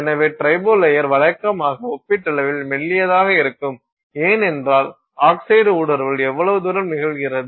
எனவே tribo layer வழக்கமாக ஒப்பீட்டளவில் மெல்லியதாக இருக்கும் ஏனென்றால் ஆக்சைடு ஊடுருவல் எவ்வளவு தூரம் நிகழ்கிறது